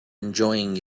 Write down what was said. enjoying